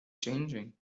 changing